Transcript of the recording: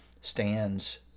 stands